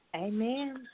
amen